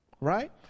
Right